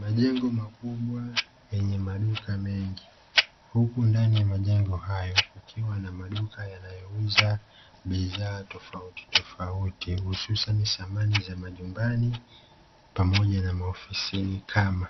Majengo makubwa yenye maduka mengi huku ndani ya majengo hayo kukiwa na maduka yanayouza bidhaa tofautitofauti hususani samani za nyumbani pamoja na maofisini kama;